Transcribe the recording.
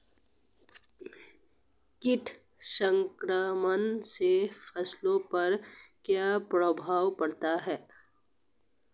कीट संक्रमण से फसलों पर क्या प्रभाव पड़ता है?